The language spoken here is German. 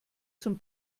zum